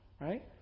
right